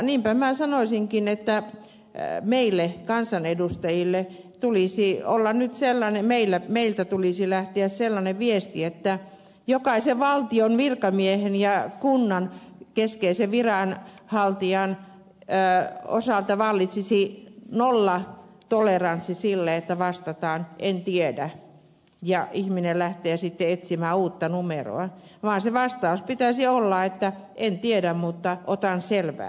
niinpä minä sanoisinkin että sellaisen viestin tulisi nyt lähteä meiltä tuli siellä ja siellä ne kansanedustajilta että jokaisen valtion virkamiehen ja kunnan keskeisen viranhaltijan osalta vallitsisi nollatoleranssi sen suhteen että vastataan en tiedä jolloin ihminen lähtee sitten etsimään uutta numeroa sen vastauksen pitäisi olla että en tiedä mutta otan selvää